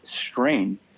strain